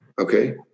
Okay